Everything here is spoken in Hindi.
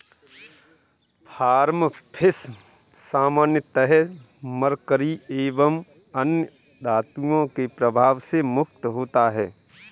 फार्म फिश सामान्यतः मरकरी एवं अन्य धातुओं के प्रभाव से मुक्त होता है